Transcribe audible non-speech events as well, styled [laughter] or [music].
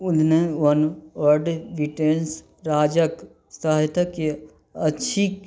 [unintelligible] राजक सहितक अछि